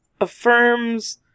affirms